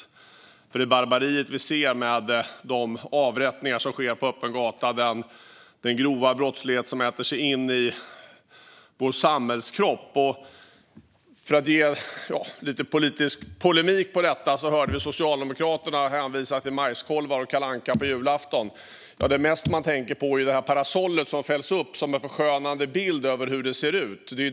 Det är ett barbari vi ser, med de avrättningar som sker på öppen gata och den grova brottslighet som äter sig in i vår samhällskropp. För att komma med lite politisk polemik: Vi hörde Socialdemokraterna hänvisa till majskolvar och Kalle Anka på julafton. Det jag mest tänker på då är parasollet som fälls upp som en förskönande bild av hur det ser ut.